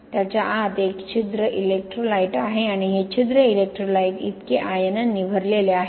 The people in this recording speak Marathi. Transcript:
त्याच्या आत एक छिद्र इलेक्ट्रोलाइट आहे आणि हे छिद्र इलेक्ट्रोलाइट इतके आयनांनी भरलेले आहे